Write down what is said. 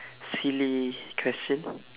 silly question